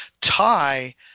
tie